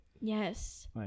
Yes